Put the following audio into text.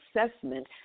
assessment